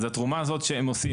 אז התרומה שהזאת שהם עושים,